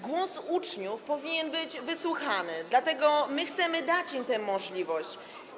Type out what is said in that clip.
Głos uczniów powinien być wysłuchany, dlatego my chcemy dać im tę możliwość.